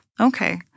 Okay